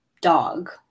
dog